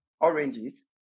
oranges